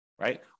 right